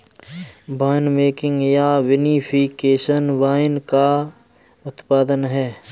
winemaking या vinification wine का उत्पादन है